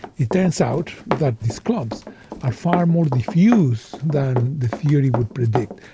it turns out that these clumps are far more diffused than the theory would predict.